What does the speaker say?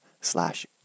slash